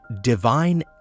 divine